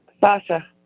Sasha